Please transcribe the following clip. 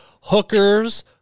Hookers